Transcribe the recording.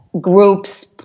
groups